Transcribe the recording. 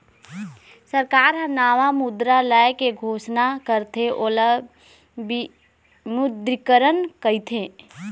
सरकार ह नवा मुद्रा लाए के घोसना करथे ओला विमुद्रीकरन कहिथें